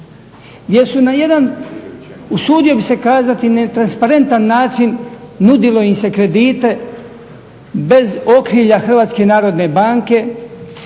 Jesu na jedan usudio bih se kazati netransparentan način nudilo im se kredite bez okrilja Hrvatske narodne banke